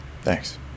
thanks